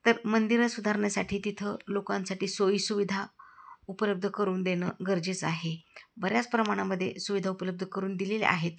तर मंदिरं सुधारण्यासाठी तिथं लोकांसाठी सोयीसुविधा उपलब्ध करून देणं गरजेचं आहे बऱ्याच प्रमाणामध्ये सुविधा उपलब्ध करून दिलेल्या आहेत